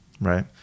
right